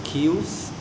rapist meh